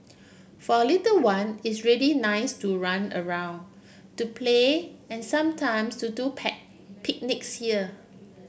for a little one it's really nice to run around to play and sometimes to do picnics here